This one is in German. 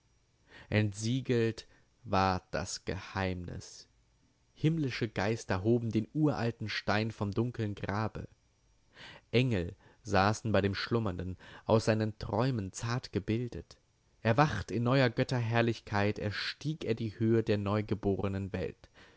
entsiegelt ward das geheimnis himmlische geister hoben den uralten stein vom dunkeln grabe engel saßen bei dem schlummernden aus seinen träumen zart gebildet erwacht in neuer götterherrlichkeit erstieg er die höhe der neugebornen welt